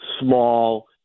small